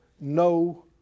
no